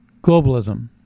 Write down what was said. globalism